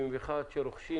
במיוחד כשרוכשים